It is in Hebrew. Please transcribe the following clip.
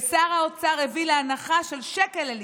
ושר האוצר הביא להנחה של שקל לליטר.